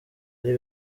ari